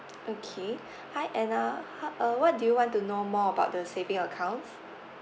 okay hi anna ha~ uh what do you want to know more about the saving accounts